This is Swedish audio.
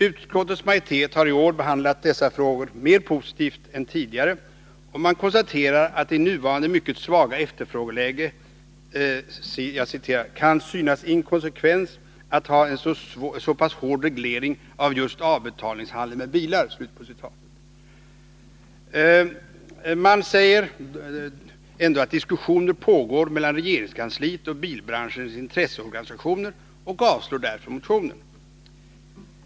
Utskottets majoritet har i år behandlat dessa frågor mer positivt än tidigare, och man konstaterar att det i nuvarande mycket svaga efterfrågeläge kan ”synas inkonsekvent att ha en så pass hård reglering av just avbetalningshandeln med bilar”. Man säger dock att diskussioner pågår mellan regeringskansliet och bilbranschens intresseorganisationer och avstyrker därför motionerna.